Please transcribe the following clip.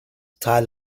tai